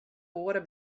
oare